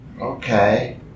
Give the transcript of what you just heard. Okay